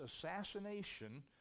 assassination